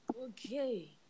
Okay